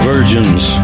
virgins